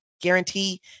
guarantee